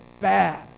bad